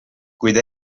kuid